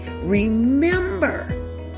remember